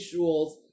visuals